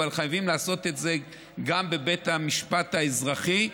אבל חייבים לעשות את זה גם בבית המשפט האזרחי,